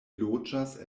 loĝas